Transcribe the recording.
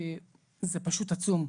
הוא פשוט עצום.